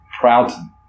Proud